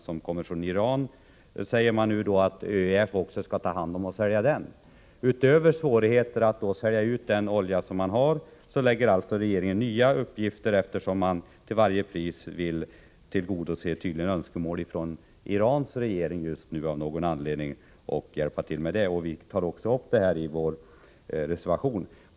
som kommer från Iran, säger regeringen att ÖEF skall ta hand om och sälja den. Utöver svårigheterna att sälja ut den olja vi redan har, åstadkommer regeringen således nya svårigheter genom att lägga på överstyrelsen nya uppgifter, eftersom regeringen tydligen nu till varje pris av någon anledning vill tillgodose önskemålen från Irans regering.